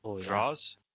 draws